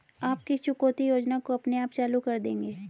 आप किस चुकौती योजना को अपने आप चालू कर देंगे?